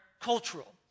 cultural